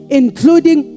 including